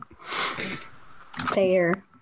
Fair